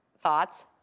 thoughts